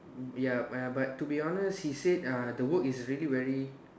ya !aiya! but to be honest he said uh the work is really very